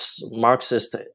Marxist